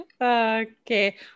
okay